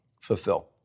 fulfill